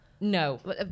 No